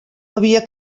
havia